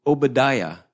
Obadiah